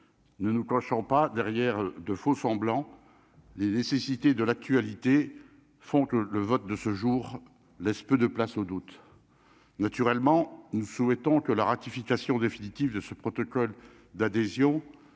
ne nous cachons pas derrière de faux semblants, les nécessités de l'actualité, font que le vote de ce jour laisse peu de place au doute, naturellement, nous souhaitons que la ratification définitive de ce protocole d'adhésion